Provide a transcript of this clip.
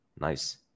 Nice